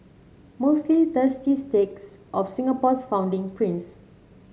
mostly thirsty takes of Singapore's founding prince